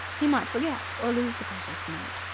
he might forget or lose the precious note.